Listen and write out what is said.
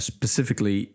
Specifically